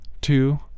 two